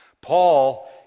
Paul